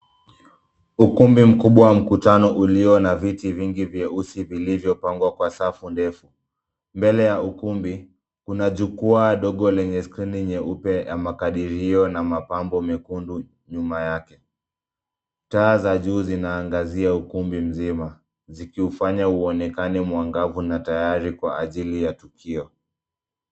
Ukumbi mkubwa wa mkutano, ulio na viti vingi vyeusi vilivyopangwa kwa safu ndefu. Mbele ya ukumbi, kuna jukwaa dogo lenye skrini nyeupe yenye makadirio na mapambo mekundu nyuma yake. Taa za juu zinaangazia ukumbi mzima, zikiufanya uonekane mwangavu na tayari kwa ajili ya tukio.